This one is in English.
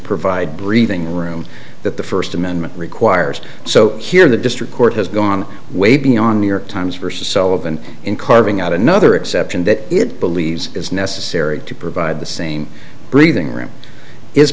provide breathing room that the first amendment requires so here the district court has gone way beyond new york times versus elven in carving out another exception that it believes is necessary to provide the same breathing room is